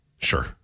Sure